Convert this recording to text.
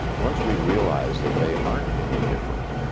once we realize that they aren't any different,